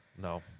No